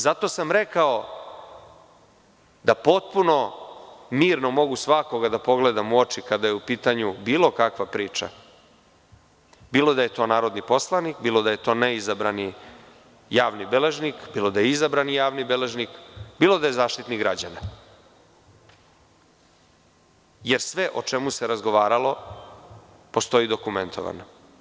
Zato sam rekao da potpuno mirno mogu svakoga da pogledam u oči kada je upitanju bilo kakva priča, bilo da je to narodni poslanik, bilo da je to neizabrani javni beležnik, bilo da je izabrani javni beležnik, bilo da je Zaštitnik građana, jer sve o čemu se razgovaralo postoji dokumentovano.